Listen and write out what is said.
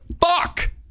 fuck